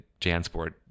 Jansport